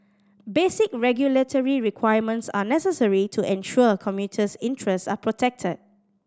basic regulatory requirements are necessary to ensure commuters interest are protected